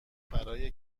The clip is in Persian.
برای